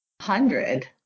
hundred